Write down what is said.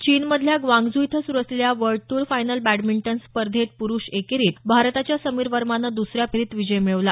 चीनमधल्या ग्वांगझू इथं सुरु असलेल्या वर्ल्ड टूर फायनल बॅडमिंटन स्पर्धेत पुरुष एकेरीत भारताच्या समीर वर्मानं दुसऱ्या फेरीत विजय मिळवला